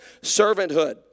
servanthood